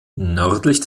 nördlich